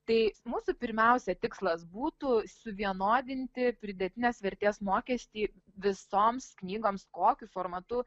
tai mūsų pirmiausia tikslas būtų suvienodinti pridėtinės vertės mokestį visoms knygoms kokiu formatu